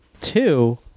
Two